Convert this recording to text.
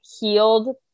healed